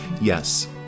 Yes